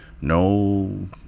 no